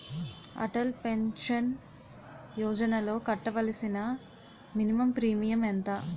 Atal pension యోజనలో కట్టవలసిన minimum premium ఎంత?